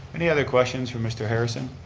any other questions for mr. harrison?